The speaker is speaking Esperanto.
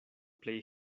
plej